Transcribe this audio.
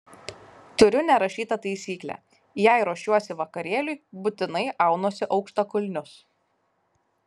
turiu nerašytą taisyklę jei ruošiuosi vakarėliui būtinai aunuosi aukštakulnius